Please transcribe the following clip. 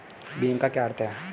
भीम का क्या अर्थ है?